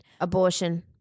Abortion